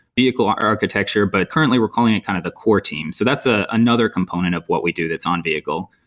vehicle architecture, but currently we're calling it kind of the core team. so that's ah another component of what we do that's on vehicle.